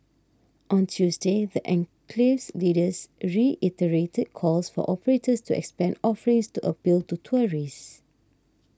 on Tuesday the enclave's leaders reiterated calls for operators to expand offerings to appeal to tourists